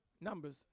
Numbers